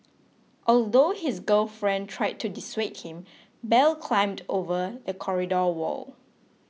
although his girlfriend tried to dissuade him Bell climbed over the corridor wall